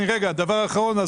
רגע, דבר אחרון.